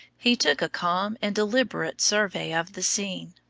he took a calm and deliberate survey of the scene,